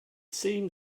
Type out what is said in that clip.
seemed